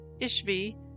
Ishvi